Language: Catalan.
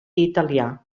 italià